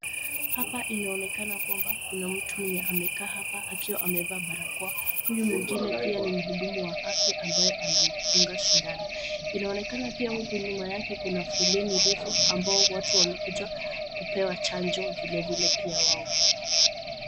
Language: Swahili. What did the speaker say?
Hapa inaonekana kwamba kuna mtu mwenye amekaa hapa akiwa amevaa barakoa. Huyu mwingine pia ni mhudumu wa afya ambaye anamdunga sindano. Inaonekana pia huku nyuma yake kuna foleni refu ambayo watu wamekuja kupewa chanjo vilevile pia wao.